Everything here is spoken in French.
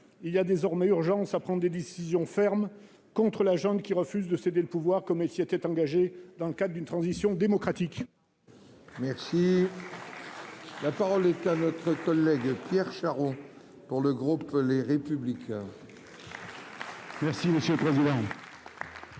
Il y a désormais urgence à prendre des décisions fermes contre la junte, qui refuse de céder le pouvoir, comme elle s'y était engagée, dans le cadre d'une transition démocratique. La parole est à M. Pierre Charon, pour le groupe Les Républicains. Madame la ministre,